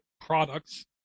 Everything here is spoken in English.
products